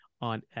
on